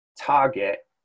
target